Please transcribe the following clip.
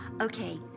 okay